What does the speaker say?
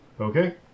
Okay